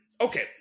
Okay